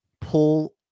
pull